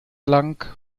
lang